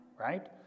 right